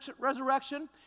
resurrection